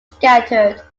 scattered